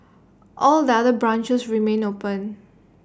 all the other branches remain open